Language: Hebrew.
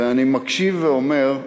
ואני מקשיב ואומר,